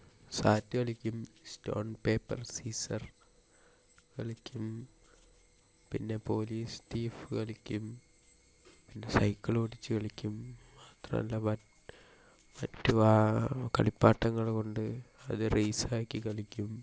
സാറ്റ് കളിക്കും stone paper scissor കളിക്കും പിന്നെ പോലീസ് തീഫ് കളിക്കും പിന്നെ സൈക്കളോടിച്ച് കളിക്കും മാത്രമല്ല മറ്റ് കളിപ്പാട്ടങ്ങൾ കൊണ്ട് അത് റെയ്സാക്കി കളിക്കും